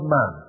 Man